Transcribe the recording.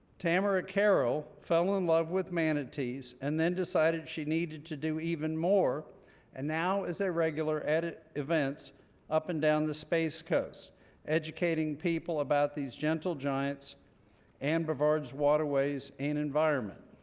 tamara carroll fell in love with manatees and then decided she needed to do even more and now is a regular at at events up and down the space coast educating people about these gentle giants and brevard waterways and environment.